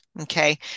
Okay